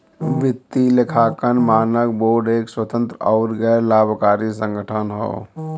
वित्तीय लेखांकन मानक बोर्ड एक स्वतंत्र आउर गैर लाभकारी संगठन हौ